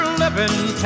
living